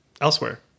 elsewhere